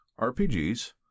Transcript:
RPGs